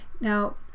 Now